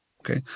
Okay